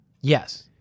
Yes